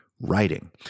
writing